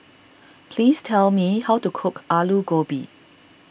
please tell me how to cook Aloo Gobi